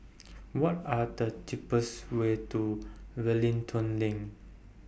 What Are The cheapest Way to Wellington LINK